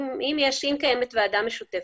אם קיימת ועדה משותפת,